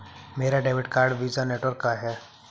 मेरा debit card Visa network का है